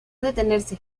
detenerse